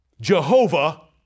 Jehovah